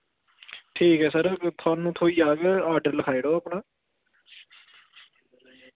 ठीक ऐ सर थुहानू थ्होई जाह्ग ऑर्डर लिखाई ओड़ो अपना